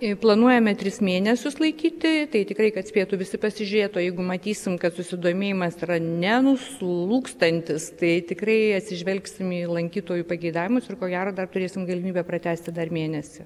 planuojame tris mėnesius laikyti tai tikrai kad spėtų visi pasižiūrėt o jeigu matysim kad susidomėjimas yra nenuslūgstantis tai tikrai atsižvelgsim į lankytojų pageidavimus ir ko gero dar turėsim galimybę pratęsti dar mėnesį